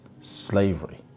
slavery